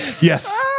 Yes